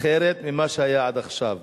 אחרת ממה שהיה עד עכשיו,